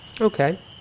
Okay